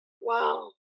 Wow